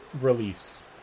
release